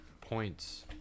points